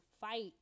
fight